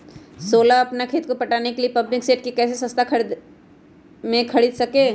सोलह अपना खेत को पटाने के लिए पम्पिंग सेट कैसे सस्ता मे खरीद सके?